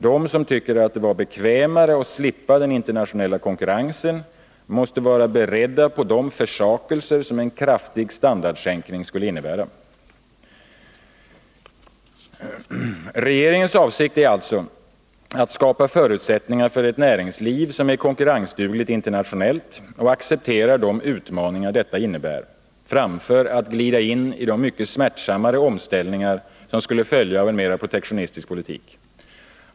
De som tycker det vore bekvämare att slippa den internationella konkurrensen måste vara beredda på de försakelser som en kraftig standardsänkning skulle innebära. Regeringens avsikt är alltså att skapa förutsättningar för ett näringsliv som är konkurrensdugligt internationellt och accepterar de utmaningar detta innebär, framför att glida in i de mycket smärtsammare omställningar som skulle följa av en mera protektionistisk politik.